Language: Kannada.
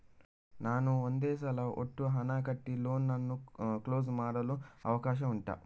ನಾನು ಒಂದೇ ಸಲ ಒಟ್ಟು ಹಣ ಕಟ್ಟಿ ಲೋನ್ ಅನ್ನು ಕ್ಲೋಸ್ ಮಾಡಲು ಅವಕಾಶ ಉಂಟಾ